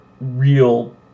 real